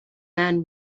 man